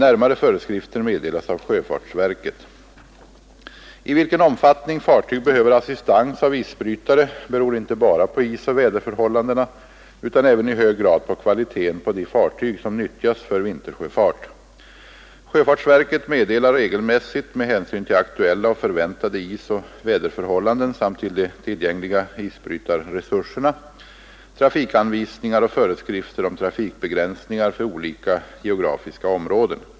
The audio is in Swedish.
Närmare föreskrifter meddelas av sjöfartsverket. I vilken omfattning fartyg behöver assistans av isbrytare beror inte bara på isoch väderförhållandena utan även i hög grad på kvaliteten på de fartyg som nyttjas för vintersjöfart. Sjöfartsverket meddelar regelmässigt — med hänsyn till aktuella och förväntade isoch väderförhållanden samt till de tillgängliga isbrytarresurserna — trafikanvisningar och föreskrifter om trafikbegränsningar för olika geografiska områden.